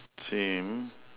same